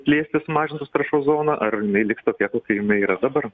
plėsis sumažintos taršos zona ar jinai liks tokia kokia jinai yra dabar